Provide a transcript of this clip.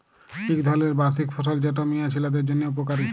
ইক ধরলের বার্ষিক ফসল যেট মিয়া ছিলাদের জ্যনহে উপকারি